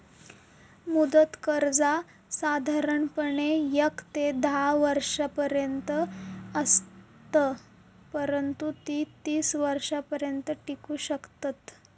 मुदत कर्जा साधारणपणे येक ते धा वर्षांपर्यंत असत, परंतु ती तीस वर्षांपर्यंत टिकू शकतत